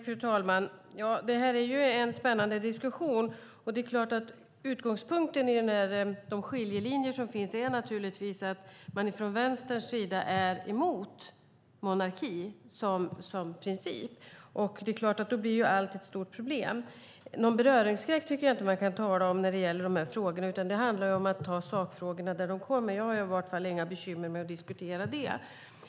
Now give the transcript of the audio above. Fru talman! Det här är en spännande diskussion. Utgångspunkten i de skiljelinjer som finns är naturligtvis att man från Vänsterns sida är mot monarki som princip. Det är klart att då blir allt ett stort problem. Någon beröringsskräck tycker jag inte man kan tala om när det gäller de här frågorna, utan det handlar om att ta sakfrågorna där de kommer. Jag har i varje fall inga bekymmer med att diskutera det.